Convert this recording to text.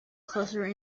closer